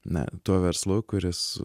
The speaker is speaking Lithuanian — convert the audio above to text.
na tuo verslu kuris